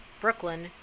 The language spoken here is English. Brooklyn